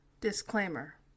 Disclaimer